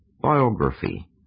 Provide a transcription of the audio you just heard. biography